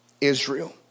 Israel